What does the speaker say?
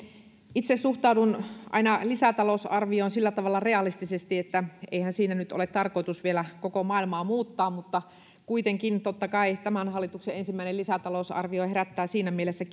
itse suhtaudun aina lisätalousarvioon sillä tavalla realistisesti että eihän siinä nyt ole tarkoitus vielä koko maailmaa muuttaa mutta kuitenkin totta kai tämän hallituksen ensimmäinen lisätalousarvio herättää kiinnostusta siinä mielessä